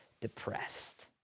depressed